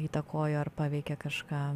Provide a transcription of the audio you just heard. įtakojo ar paveikė kažką